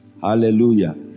Hallelujah